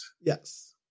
Yes